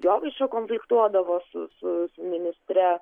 jovaiša konfliktuodavo su su ministre